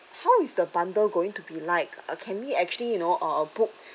how is the bundle going to be like can we actually you know uh uh book